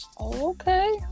Okay